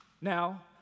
Now